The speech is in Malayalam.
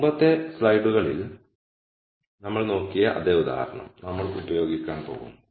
മുമ്പത്തെ സ്ലൈഡുകളിൽ നമ്മൾ നോക്കിയ അതേ ഉദാഹരണം നമ്മൾ ഉപയോഗിക്കാൻ പോകുന്നു